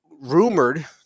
rumored –